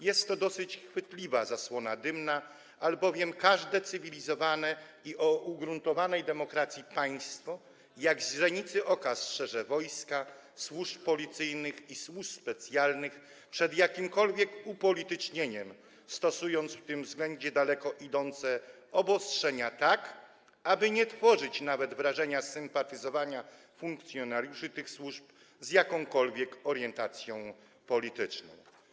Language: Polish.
Jest to dosyć chwytliwa zasłona dymna, albowiem każde cywilizowane państwo o ugruntowanej demokracji jak źrenicy oka strzeże wojska, służb policyjnych i służb specjalnych przed jakimkolwiek upolitycznieniem, stosując w tym względzie daleko idące obostrzenia, aby nie tworzyć nawet wrażenia sympatyzowania funkcjonariuszy tych służb z jakąkolwiek orientacją polityczną.